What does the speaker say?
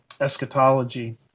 eschatology